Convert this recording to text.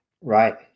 right